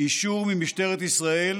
אישור ממשטרת ישראל